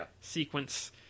sequence